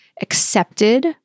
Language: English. accepted